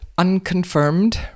unconfirmed